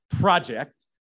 project